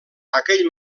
aquell